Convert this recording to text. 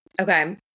Okay